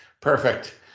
Perfect